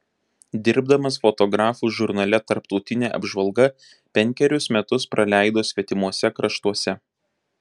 dirbdamas fotografu žurnale tarptautinė apžvalga penkerius metus praleido svetimuose kraštuose